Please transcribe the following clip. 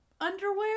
underwear